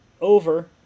over